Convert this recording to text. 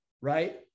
right